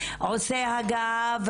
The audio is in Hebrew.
עושה הגהה,